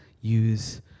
use